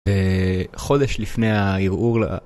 חודש לפני הערעור.